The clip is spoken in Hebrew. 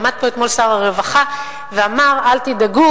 עמד פה אתמול שר הרווחה ואמר: אל תדאגו,